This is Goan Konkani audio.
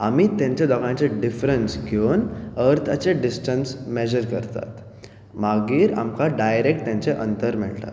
आमी तेंचें दोगायचें डिफ्रन्स घेवन अर्थाचें डिस्टनस मेजर करतात मागीर आमकां डायरेक्ट तांचें अंतर मेळटा